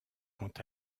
quant